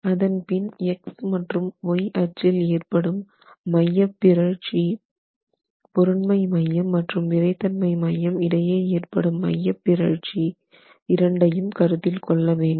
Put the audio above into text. அதன்பின் X மற்றும் Y அச்சில் ஏற்படும் மையப்பிறழ்ச்சி பொருண்மை மையம் மற்றும் விறைத்தன்மை மையம் இடையே ஏற்படும் மையப்பிறழ்ச்சி இரண்டையும் கருத்தில் கொள்ள வேண்டும்